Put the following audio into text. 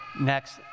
next